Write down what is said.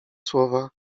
słowa